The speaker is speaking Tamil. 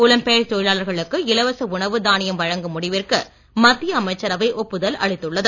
புலம் பெயர் தொழிலாளர்களுக்கு இலவச உணவு தானியம் வழங்கும் முடிவிற்கு மத்திய அமைச்சரவை ஒப்புதல் அளித்துள்ளது